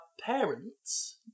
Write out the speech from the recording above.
parents